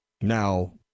Now